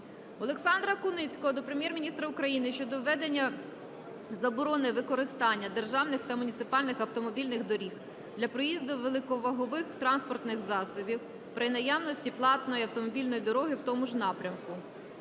Олександра Куницького до Прем'єр-міністра України щодо введення заборони використання державних та муніципальних автомобільних доріг для проїзду великовагових транспортних засобів при наявності платної автомобільної дороги в тому ж напрямку.